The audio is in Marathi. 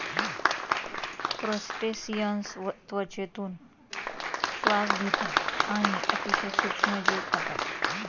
क्रस्टेसिअन्स त्वचेतून श्वास घेतात आणि अतिशय सूक्ष्म जीव खातात